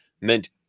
meant